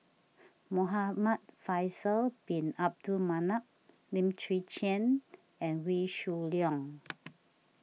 Muhamad Faisal Bin Abdul Manap Lim Chwee Chian and Wee Shoo Leong